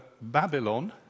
Babylon